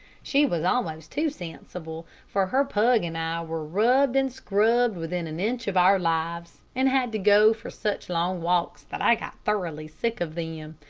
she was almost too sensible, for her pug and i were rubbed and scrubbed within an inch of our lives, and had to go for such long walks that i got thoroughly sick of them.